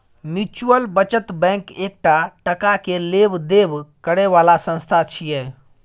mutual बचत bank एकटा टका के लेब देब करे बला संस्था छिये